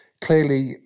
Clearly